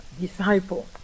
disciple